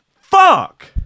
Fuck